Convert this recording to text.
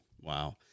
Wow